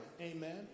amen